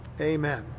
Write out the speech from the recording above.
Amen